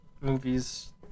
movies